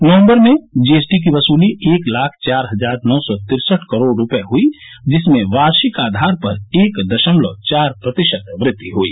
नवंबर में जीएसटी की वसूली एक लाख चार हजार नौ सौ तिरसठ करोड़ रुपये हुई जिसमें वार्षिक आधार पर एक दशमलव चार प्रतिशत वृद्धि हुई